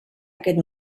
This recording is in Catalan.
aquest